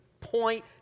point